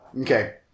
Okay